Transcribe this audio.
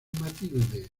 matilde